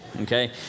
Okay